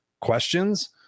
questions